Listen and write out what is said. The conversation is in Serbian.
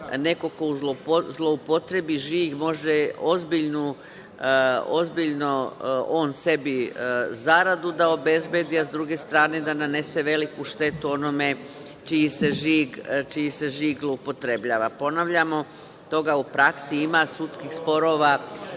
neko ko zloupotrebi žig može ozbiljno on sebi zaradu da obezbedi, a s druge strane da nanese veliku štetu onome čiji se žig zloupotrebljava. Ponavljamo, toga u praksi ima, sudskih sporova